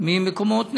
ממקומות נמוכים,